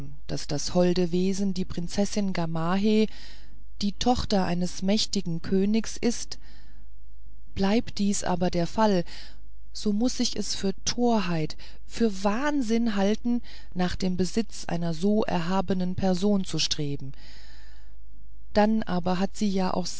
daß das holde wesen die prinzessin gamaheh die tochter eines mächtigen königs ist bleibt dies aber der fall so muß ich es für torheit für wahnsinn halten nach dem besitz einer so erhabenen person zu streben dann aber hat sie ja